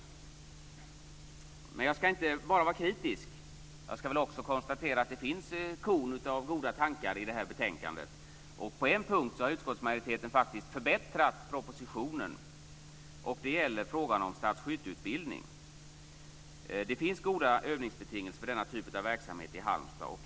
Jag ska inte bara vara kritisk. Jag kan också konstatera att det finns korn av goda tankar i betänkandet. På en punkt har utskottsmajoriteten faktiskt förbättrat propositionen, och det gäller i frågan om stadsskytteutbildning. Det finns goda övningsbetingelser för denna typ av verksamhet i Halmstad.